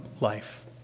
life